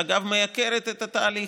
שאגב מייקרת את התהליך,